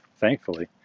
thankfully